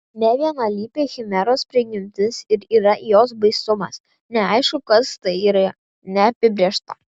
nevienalypė chimeros prigimtis ir yra jos baisumas neaišku kas tai yra neapibrėžta